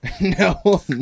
No